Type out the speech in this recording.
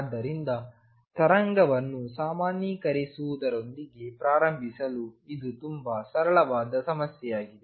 ಆದ್ದರಿಂದ ತರಂಗವನ್ನು ಸಾಮಾನ್ಯೀಕರಿಸುವುದರೊಂದಿಗೆ ಪ್ರಾರಂಭಿಸಲು ಇದು ತುಂಬಾ ಸರಳವಾದ ಸಮಸ್ಯೆಯಾಗಿದೆ